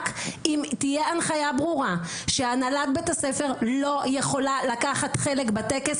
רק אם תהיה הנחיה ברורה שהנהלת בית הספר לא יכולה לקחת חלק בטקס,